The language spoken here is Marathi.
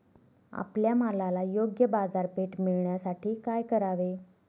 आपल्या मालाला योग्य बाजारपेठ मिळण्यासाठी काय करावे?